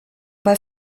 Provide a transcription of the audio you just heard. bei